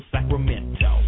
Sacramento